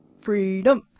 freedom